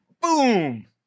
Boom